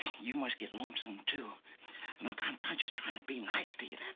you must get lonesome, too. and look, i'm try just trying to be nice to you, that's